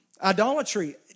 Idolatry